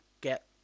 get